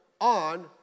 on